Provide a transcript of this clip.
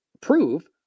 Prove